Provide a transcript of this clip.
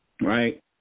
Right